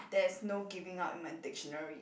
there's no giving up in my dictionary